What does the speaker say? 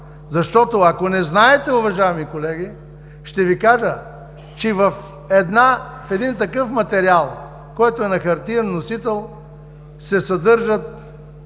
Защото, ако не знаете, уважаеми колеги, ще Ви кажа, че в един такъв материал, който е на хартиен носител, се съдържа